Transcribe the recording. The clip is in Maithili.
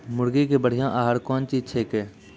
मुर्गी के बढ़िया आहार कौन चीज छै के?